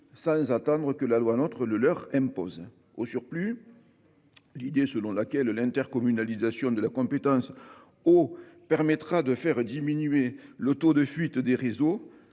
sans attendre que la loi NOTRe le leur impose. Au surplus, l'idée selon laquelle l'intercommunalisation de la compétence eau permettrait de faire diminuer le taux de fuite des réseaux